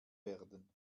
werden